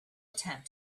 attempt